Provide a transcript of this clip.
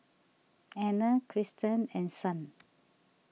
Anna Kristan and Son